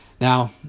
Now